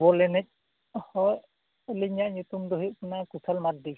ᱵᱚᱞ ᱮᱱᱮᱡ ᱦᱚᱸ ᱟᱹᱞᱤᱧᱟᱜ ᱧᱩᱛᱩᱢ ᱫᱚ ᱦᱩᱭᱩᱜ ᱠᱟᱱᱟ ᱠᱩᱥᱚᱞ ᱢᱟᱨᱰᱤ